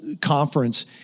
conference